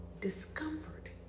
discomfort